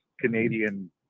canadian